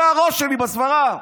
זה הראש שלי, בסברה.